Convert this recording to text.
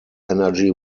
energy